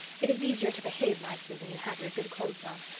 it is easier to behave nicely when you have your good clothes on.